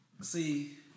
See